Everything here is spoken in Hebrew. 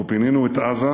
אנחנו פינינו את עזה,